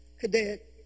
Cadet